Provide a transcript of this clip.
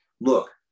Look